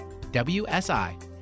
WSI